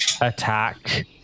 attack